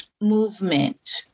movement